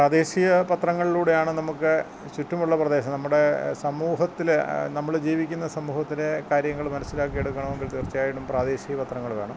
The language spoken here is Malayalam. പ്രാദേശിക പത്രങ്ങളിലൂടെയാണ് നമുക്ക് ചുറ്റുമുള്ള പ്രദേശം നമ്മുടെ സമൂഹത്തിൽ നമ്മൾ ജീവിക്കുന്ന സമൂഹത്തിലെ കാര്യങ്ങൾ മനസ്സിലാക്കി എടുക്കണമെങ്കിൽ തീർച്ചയായിട്ടും പ്രാദേശിക പത്രങ്ങൾ വേണം